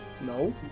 No